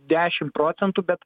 dešimt procentų bet